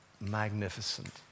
Magnificent